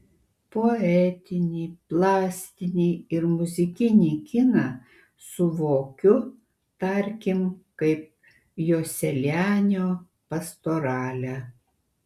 poetinį plastinį ir muzikinį kiną suvokiu tarkim kaip joselianio pastoralę